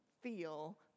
feel